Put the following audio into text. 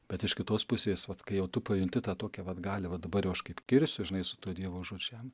bet iš kitos pusės vat kai jau tu pajunti tą tokią vat galią va dabar aš jau kaip kirsiu žinai su tuo dievo žodžiu jam